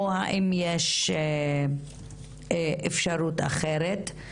או האם יש אפשרות אחרת.